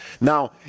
Now